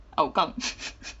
Hougang